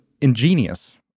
ingenious